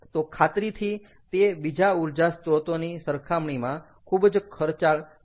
તો ખાતરીથી તે બીજા ઊર્જા સ્ત્રોતોની સરખામણીમાં ખૂબ જ ખર્ચાળ છે